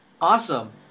Awesome